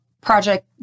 project